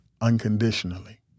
unconditionally